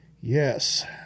yes